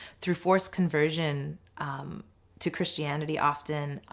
through forced conversion to christianity often.